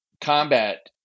combat